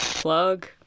Plug